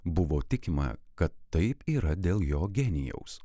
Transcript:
buvo tikima kad taip yra dėl jo genijaus